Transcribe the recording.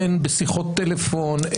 הן בשיחות טלפון,